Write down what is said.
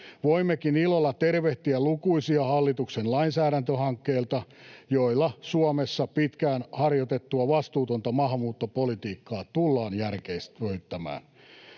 Voimmekin ilolla tervehtiä lukuisia hallituksen lainsäädäntöhankkeita, joilla Suomessa pitkään harjoitettua vastuutonta maahanmuuttopolitiikkaa tullaan järkevöittämään.